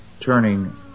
turning